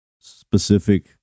specific